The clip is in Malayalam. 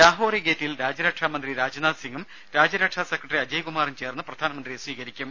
ലാഹോറി ഗേറ്റിൽ രാജ്യരക്ഷാ മന്ത്രി രാജ്നാഥ് സിങ്ങും രാജ്യരക്ഷാ സെക്രട്ടറി അജയ്കുമാറും ചേർന്ന് പ്രധാനമന്ത്രിയെ സ്വീകരിക്കും